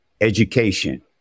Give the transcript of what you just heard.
education